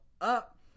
up